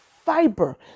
fiber